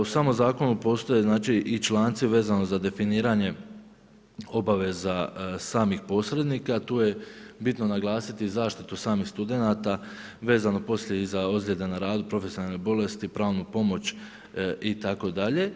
U samom zakonu postoje i članci vezano za definiranje obaveza samih posrednika, tu je bitno naglasiti zaštitu samih studenata vezano poslije i za ozljede na radu, profesionalne bolesti, pravnu pomoć itd.